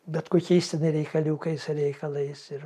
bet kokiais ten reikaliukais ir reikalais ir